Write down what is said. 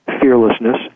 fearlessness